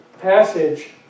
passage